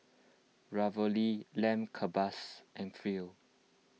Ravioli Lamb Kebabs and Free